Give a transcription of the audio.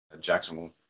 Jackson